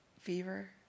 Fever